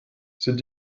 sind